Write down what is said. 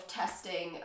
testing